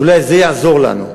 אולי זה יעזור לנו.